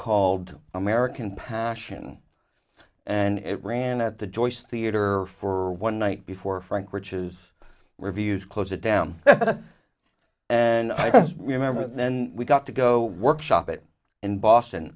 called american passion and it ran at the joyce theater for one night before frank rich's revues close it down and i remember and then we got to go workshop it in boston